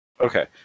Okay